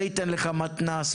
זה ייתן לך מתנ"ס,